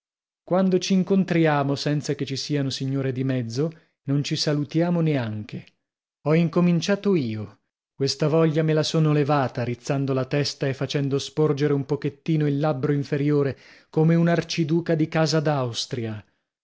quando c'incontriamo senza che ci siano signore di mezzo non ci salutiamo neanche ho incominciato io questa voglia me la sono levata rizzando la testa e facendo sporgere un pochettino il labbro inferiore come un arciduca di casa